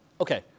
Okay